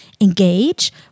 engage